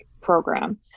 program